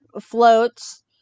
floats